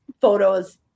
photos